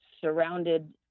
surrounded